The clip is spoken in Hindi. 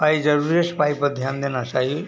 सफाई ज़रूरी है सफाई पर ध्यान देना चाहिए